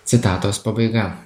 citatos pabaiga